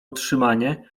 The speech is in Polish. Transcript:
utrzymanie